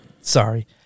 Sorry